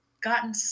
gotten